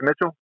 Mitchell